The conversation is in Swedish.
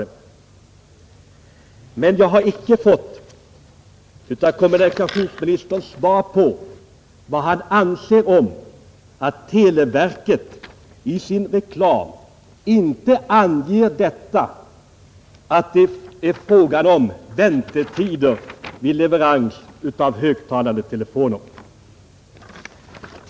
Jag kan notera att jag icke fått svar från kommunikationsministern på vad han anser om att televerket i sin reklam inte anger att det är fråga om väntetider vid leverans av högtalande telefoner.